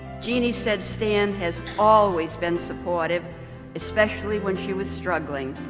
jeanne said, stan has always been supportive especially when she was struggling.